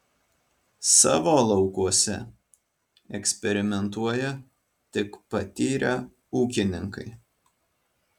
savo laukuose eksperimentuoja tik patyrę ūkininkai